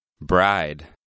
Bride